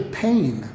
pain